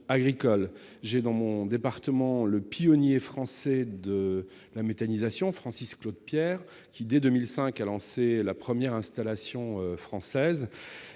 agricole. Mon département abrite le pionnier français de la méthanisation : Francis Claudepierre, qui, dès 2005, a lancé la première installation française.